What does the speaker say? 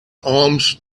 alms